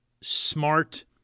smart